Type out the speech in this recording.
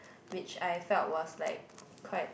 which I felt was like quite